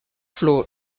floor